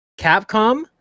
Capcom